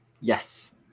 yes